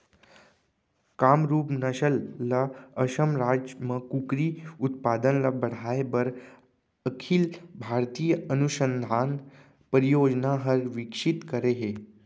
कामरूप नसल ल असम राज म कुकरी उत्पादन ल बढ़ाए बर अखिल भारतीय अनुसंधान परियोजना हर विकसित करे हे